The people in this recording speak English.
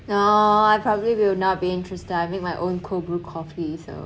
no I probably will not be interested I make my own cold brew coffee so